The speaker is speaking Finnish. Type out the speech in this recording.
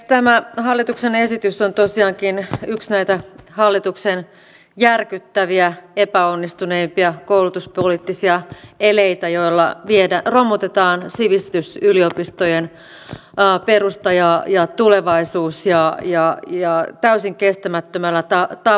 tämä hallituksen esitys on tosiaankin yksi näitä hallituksen järkyttäviä epäonnistuneimpia koulutuspoliittisia eleitä joilla romutetaan sivistysyliopistojen perusta ja tulevaisuus täysin kestämättömällä tavalla